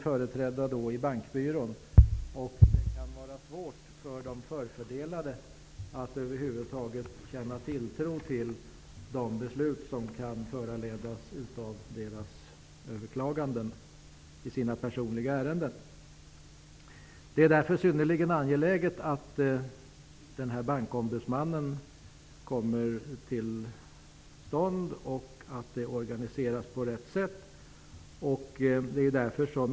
Det kan vara svårt för de förfördelade att över huvud taget känna tilltro till de beslut som kan föranledas av deras överklaganden i personliga ärenden. Det är därför synnerligen angeläget att Bankombudsmannen kommer till stånd och att arbetet organiseras på rätt sätt.